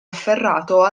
afferrato